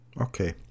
Okay